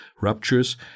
ruptures